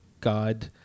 God